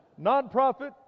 nonprofit